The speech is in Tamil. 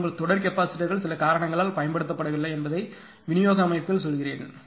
ஆனால் உங்கள் தொடர் கெபாசிட்டர் கள் சில காரணங்களால் பயன்படுத்தப்படவில்லை என்பதை விநியோக அமைப்பில் சொல்கிறேன்